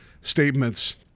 statements